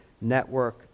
network